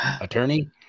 attorney